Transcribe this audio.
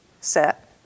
set